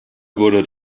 wurde